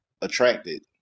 attracted